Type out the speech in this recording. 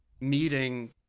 meeting